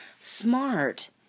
Smart